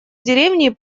деревни